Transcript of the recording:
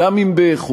גם אם באיחור,